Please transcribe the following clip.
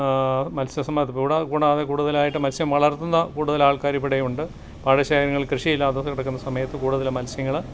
മത്സ്യം അതു കൂടാതെ കൂടുതലായിട്ടും മത്സ്യം വളർത്തുന്ന കൂടുതൽ ആൾക്കാരിവിടെയുണ്ട് പാടശേഖരങ്ങളിൽ കൃഷിയില്ലാതെ കിടക്കുന്ന സമയത്തും കൂടുതലും മത്സ്യങ്ങൾ